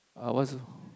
uh what's it